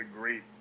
great